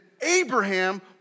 Abraham